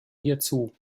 hierzu